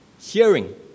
hearing